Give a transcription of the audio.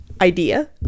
idea